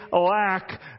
lack